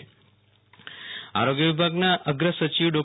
વીરલ રાણા આરોગય સચિવ આરોગય વિભાગના અગ્ર સચિવ ડો